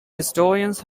historians